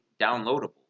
downloadable